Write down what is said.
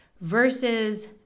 versus